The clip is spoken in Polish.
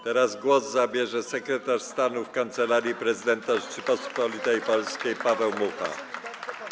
Teraz głos zabierze sekretarz stanu w Kancelarii Prezydenta Rzeczypospolitej Polskiej Paweł Mucha.